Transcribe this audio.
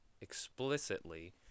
explicitly